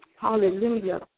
Hallelujah